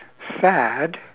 sad